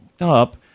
up